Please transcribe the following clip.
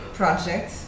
project